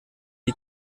die